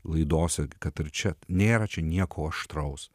laidose kad ar čia nėra čia nieko aštraus